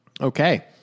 Okay